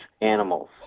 animals